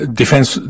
defense